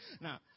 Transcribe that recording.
now